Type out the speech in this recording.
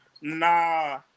Nah